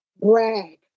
brag